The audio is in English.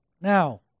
Now